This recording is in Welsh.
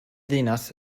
ddinas